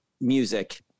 music